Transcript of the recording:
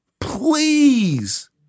Please